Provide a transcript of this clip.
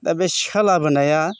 दा बे सिखा लाबोनाया